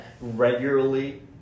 Regularly